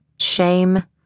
shame